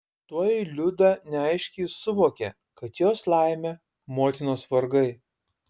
tuoj liuda neaiškiai suvokė kad jos laimė motinos vargai